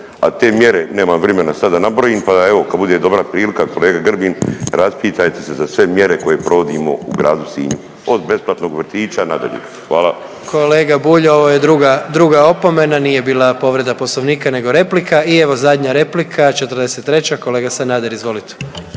a te mjere, nemam vrimena sad da nabrojim, pa evo kad bude dobra prilika kolega Grbin raspitajte se za sve mjere koje provodimo u gradu Sinju, od besplatnog vrtića, nadalje, hvala. **Jandroković, Gordan (HDZ)** Kolega Bulj, ovo je druga, druga opomena, nije bila povreda Poslovnika nego replika i evo zadnja replika 43., kolega Sanader izvolite.